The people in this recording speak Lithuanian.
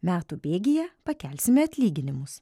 metų bėgyje pakelsime atlyginimus